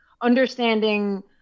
understanding